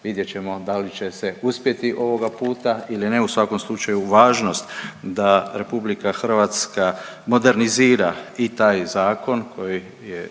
Vidjet ćemo da li će se uspjeti ovoga puta ili ne, u svakom slučaju važnost da RH modernizira i taj zakon koji je